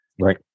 Right